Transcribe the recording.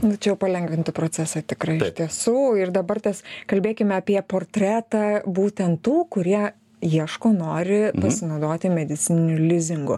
nu čia jau palengvintų procesą tikrai iš tiesų ir dabar tas kalbėkime apie portretą būtent tų kurie ieško nori pasinaudoti medicininiu lizingu